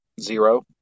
Zero